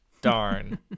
Darn